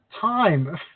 time